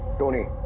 tony